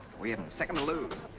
we haven't a second to lose.